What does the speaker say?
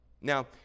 Now